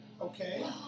Okay